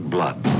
Blood